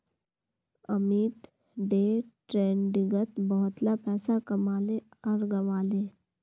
Amit day ट्रेडिंगत बहुतला पैसा कमाले आर गंवाले